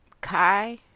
Kai